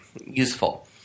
useful